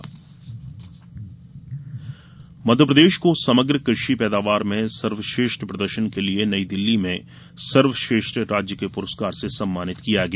कृषि पुरस्कार मध्यप्रदेश को समग्र कृषि पैदावार में सर्वश्रेष्ठ प्रदर्शन के लिये नई दिल्ली में सर्वश्रेष्ठ राज्य के पुरस्कार से सम्मानित किया गया